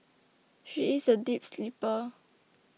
she is a deep sleeper